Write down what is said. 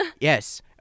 yes